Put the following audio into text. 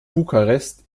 bukarest